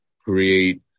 create